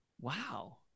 Wow